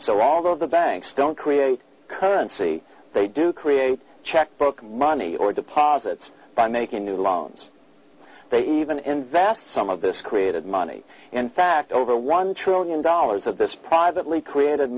of the banks don't create currency they do create checkbook money or deposits by making new loans they even invest some of this created money in fact over one trillion dollars of this privately created